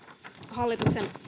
hallituksen